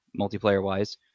multiplayer-wise